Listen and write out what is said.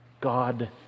God